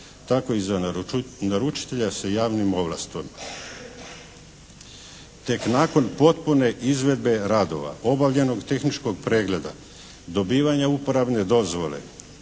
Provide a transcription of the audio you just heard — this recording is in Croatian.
tako i za naručitelja sa javnim ovlastima. Tek nakon potpune izvedbe radova obavljenog tehničkog pregleda, dobivanja uporabne dozvole